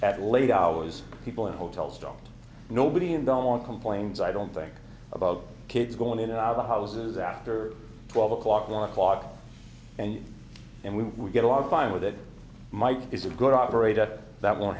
at late hours people in hotels don't nobody and on complains i don't think about kids going in and out of the houses after twelve o'clock one o'clock and and we get along fine with that might is a good operate that that won't